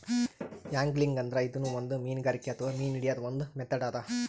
angling ಅಂದ್ರ ಇದೂನು ಒಂದ್ ಮೀನ್ಗಾರಿಕೆ ಅಥವಾ ಮೀನ್ ಹಿಡ್ಯದ್ದ್ ಒಂದ್ ಮೆಥಡ್ ಅದಾ